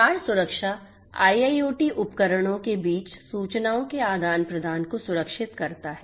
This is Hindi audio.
संचार सुरक्षा IIoT उपकरणों के बीच सूचनाओं के आदान प्रदान को सुरक्षित करता है